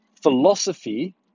philosophy